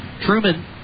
Truman